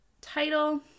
title